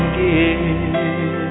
give